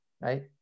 right